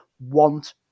want